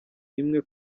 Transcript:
imwe